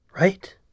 Right